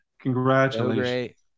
congratulations